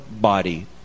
body